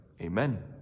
Amen